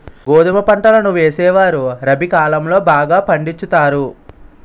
గోధుమ పంటలను వేసేవారు రబి కాలం లో బాగా పండించుతారు